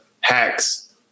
hacks